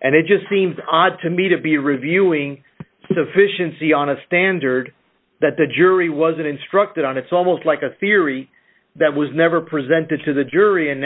and it just seems odd to me to be reviewing sufficiency on a standard that the jury wasn't instructed on it's almost like a theory that was never presented to the jury and